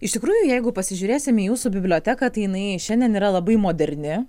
iš tikrųjų jeigu pasižiūrėsime į jūsų biblioteką jinai šiandien yra labai moderni